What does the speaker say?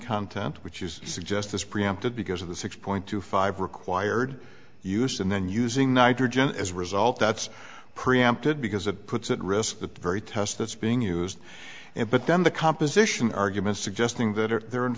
content which is suggest this preemptive because of the six point two five required use and then using nitrogen as a result that's preempted because it puts at risk the very test that's being used and but then the composition argument suggesting that are there in